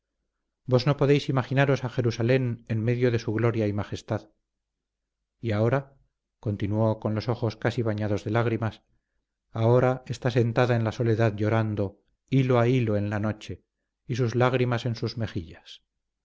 vos no podéis imaginaros a jerusalén en medio de su gloria y majestad y ahora continuó con los ojos casi bañados de lágrimas ahora está sentada en la soledad llorando hilo a hilo en la noche y sus lágrimas en sus mejillas